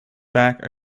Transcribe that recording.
back